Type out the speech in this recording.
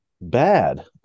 Bad